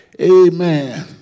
Amen